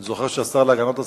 אני זוכר שהשר להגנת הסביבה,